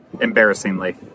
embarrassingly